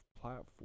platform